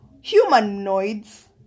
humanoids